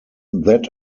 that